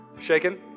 Shaken